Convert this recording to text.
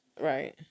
right